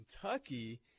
Kentucky